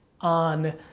on